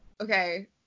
okay